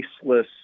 faceless